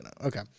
Okay